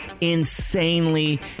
insanely